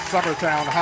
Summertown